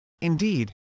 Indeed